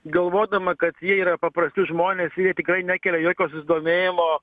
galvodama kad jie yra paprasti žmonės jie tikrai nekelia jokio susidomėjimo